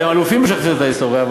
אתם אלופים בלשכתב את ההיסטוריה,